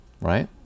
right